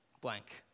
blank